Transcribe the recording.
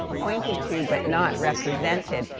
pointed to, but not represented,